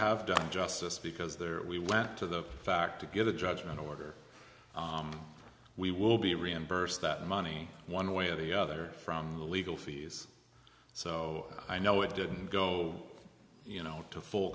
have done justice because there we went to the fact together judgment order we will be reimbursed that money one way or the other from the legal fees so i know it didn't go you know to full